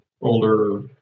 older